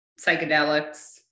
psychedelics